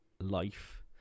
life